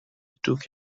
took